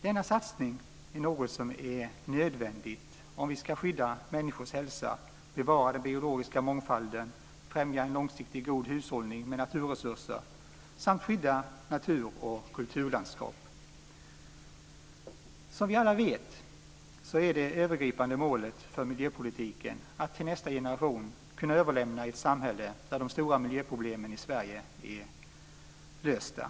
Denna satsning är något som är nödvändigt om vi ska skydda människors hälsa, bevara den biologiska mångfalden, främja en långsiktig god hushållning med naturresurser och skydda natur och kulturlandskap. Som vi alla vet är det övergripande målet för miljöpolitiken att till nästa generation kunna överlämna ett samhälle där de stora miljöproblemen i Sverige är lösta.